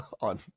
on